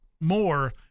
more